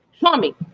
Tommy